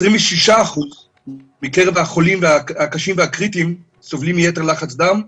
26% מקרב החולים הקשים והקריטיים סובלים מיתר לחץ דם,